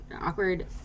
awkward